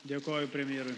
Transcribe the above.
dėkoju premjerui